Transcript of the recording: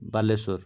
Baleswar